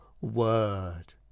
word